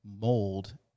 mold